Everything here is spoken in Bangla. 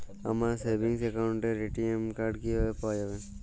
আমার সেভিংস অ্যাকাউন্টের এ.টি.এম কার্ড কিভাবে পাওয়া যাবে?